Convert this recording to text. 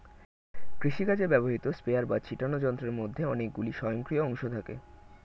কৃষিকাজে ব্যবহৃত স্প্রেয়ার বা ছিটোনো যন্ত্রের মধ্যে অনেকগুলি স্বয়ংক্রিয় অংশ থাকে